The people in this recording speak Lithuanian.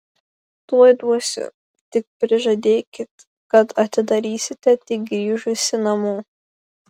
tuoj duosiu tik prižadėkit kad atidarysite tik grįžusi namo